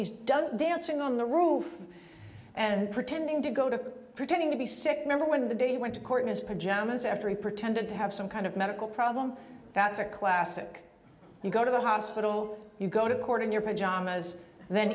he's done dancing on the roof and pretending to go to pretending to be sick remember when the day he went to court his pajamas after he pretended to have some kind of medical problem that's a classic you go to the hospital you go to court in your pajamas